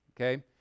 Okay